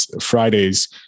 Fridays